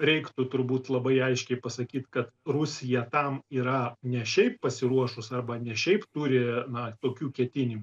reiktų turbūt labai aiškiai pasakyt kad rusija tam yra ne šiaip pasiruošus arba ne šiaip turi na tokių ketinimų